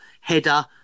header